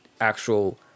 Actual